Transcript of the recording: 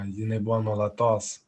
jinai buvo nuolatos